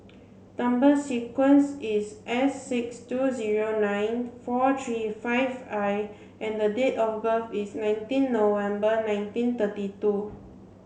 number sequence is S six two zero nine four three five I and the date of birth is nineteen November nineteen thirty two